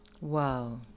Wow